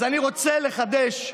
אז אני רוצה לחדש,